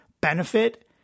benefit